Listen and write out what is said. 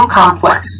complex